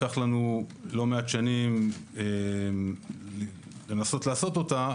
לקח לנו לא מעט שנים לנסות לעשות אותה,